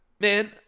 Man